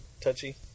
Touchy